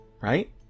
right